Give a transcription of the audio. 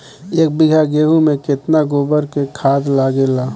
एक बीगहा गेहूं में केतना गोबर के खाद लागेला?